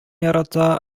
ярата